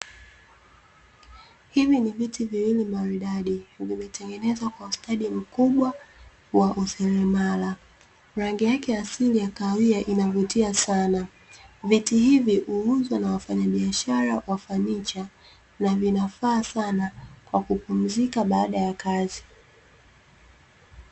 Hivi ni viti viwili maridadi, vimetengenezwa kwa ustadi mkubwa wa useremala. Rangi yake ya asili ya kahawia inavutia sana. Viti hivi huuzwa na wafanyabiashara wa fanicha, na vinafaa sana kwa kupumzika baada ya kazi.